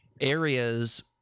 areas